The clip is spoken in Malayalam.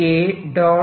ds